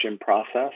process